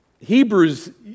Hebrews